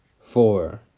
four